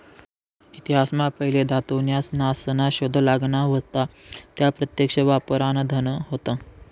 इतिहास मा पहिले धातू न्या नासना शोध लागना व्हता त्या प्रत्यक्ष वापरान धन होत